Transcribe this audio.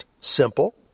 simple